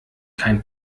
kein